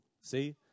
See